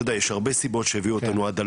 אתה יודע יש הרבה סיבות שהביאו אותנו עד הלום,